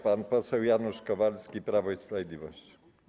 Pan poseł Janusz Kowalski, Prawo i Sprawiedliwość.